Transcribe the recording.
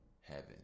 heaven